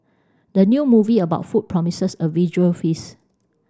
the new movie about food promises a visual feast